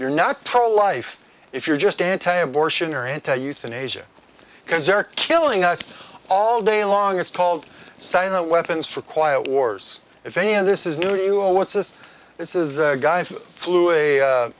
you're not pro life if you're just anti abortion or anti euthanasia because they're killing us all day long it's called silent weapons for quiet wars if any of this is new to you or what's this this is a guy who flew a